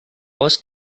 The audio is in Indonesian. pos